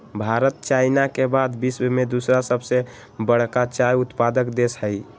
Bharat China के बाद विश्व में दूसरा सबसे बड़का चाय उत्पादक देश हई